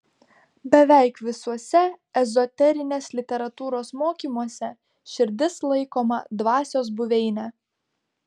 beveik visuose ezoterinės literatūros mokymuose širdis laikoma dvasios buveine